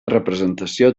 representació